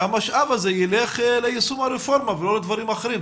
שהמשאב הזה ילך ליישום הרפורמה ולא לדברים אחרים.